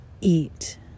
eat